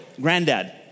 Granddad